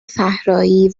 صحرایی